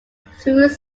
through